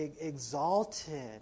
exalted